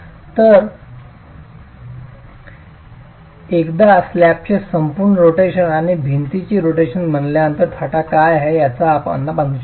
तर एकदा स्लॅबचे संपूर्ण रोटेशन आणि भिंतीची रोटेशन बनल्यानंतर थाटा काय आहे याचा आपण अंदाज बांधू शकता